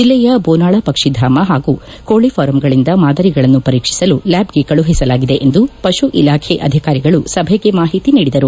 ಜಲ್ಲೆಯ ಬೋನಾಳ ಪಕ್ಷಿಧಾಮ ಪಾಗೂ ಕೋಳಿ ಫಾರಂಗಳಿಂದ ಮಾದರಿಗಳನ್ನು ಪರೀಕ್ಷಿಸಲು ಲ್ಯಾಬ್ಗೆ ಕಳುಹಿಸಲಾಗಿದೆ ಎಂದು ಪತು ಇಲಾಖೆ ಅಧಿಕಾರಿಗಳು ಸಭೆಗೆ ಮಾಹಿತಿ ನೀಡಿದರು